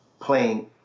playing